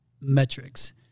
metrics